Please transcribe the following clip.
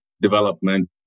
development